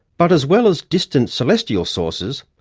but as well as distant celestial sources,